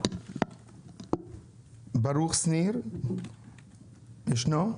האם ברוך שניר ישנו?